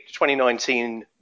2019